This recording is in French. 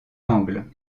angles